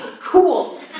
cool